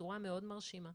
בצורה מאוד מרשימה.